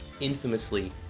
infamously